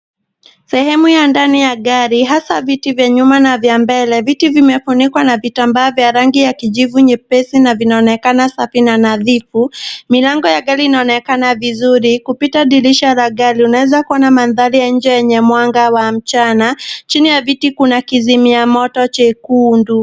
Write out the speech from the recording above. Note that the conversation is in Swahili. Sehemu ya ndani ya gari hasa viti vya nyuma na vya mbele. Viti vimefunikwa na vitambaa vya rangi ya kijivu nyepesi na vinaonekana safi na nadhifu. Milango ya gari inaonekana vizuri. Kupita dirisha la gari, unaweza kuona mandhari ya nje yenye mwanga wa mchana. Chini ya viti kuna kizimiamoto chekundu.